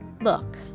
look